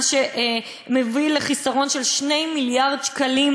מה שמביא לחיסרון של 2 מיליארד שקלים,